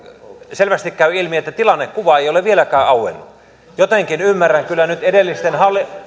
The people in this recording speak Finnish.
selvästi käy ilmi että tilannekuva ei ei ole vieläkään auennut jotenkin ymmärrän kyllä nyt edellisten